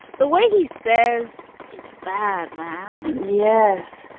the way he says it's bad, man and yes.